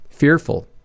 fearful